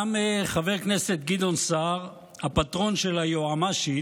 גם חבר הכנסת גדעון סער, הפטרון של היועמ"שית,